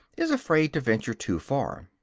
is afraid to venture too far.